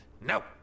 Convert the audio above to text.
No